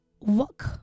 work